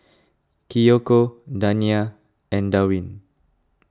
Kiyoko Dania and Darwin